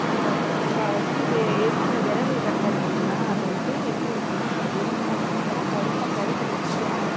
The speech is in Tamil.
நம்ம வச்சு எரிக்கிற விறகு கட்டை இருக்கில்லையா அதை வந்து எப்படி இருக்கும்னா எரிந்து போனதுக்கு அப்புறம் கருப்பாக கரிக்கட்டை மாதிரி ஆகிடும்